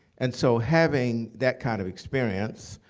and so having that kind of experience,